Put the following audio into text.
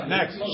Next